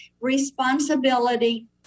responsibility